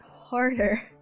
harder